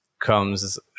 comes